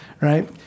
Right